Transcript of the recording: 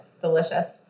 Delicious